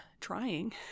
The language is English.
trying